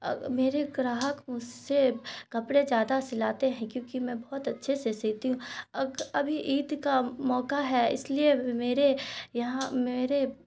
میرے گراہک مجھ سے کپڑے زیادہ سلاتے ہیں کیونکہ میں بہت اچھے سے سیتی ہوں ابھی عید کا موقع ہے اس لیے میرے یہاں میرے